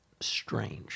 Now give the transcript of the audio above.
strange